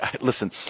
Listen